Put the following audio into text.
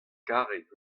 karet